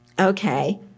okay